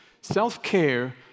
Self-care